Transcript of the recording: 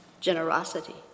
generosity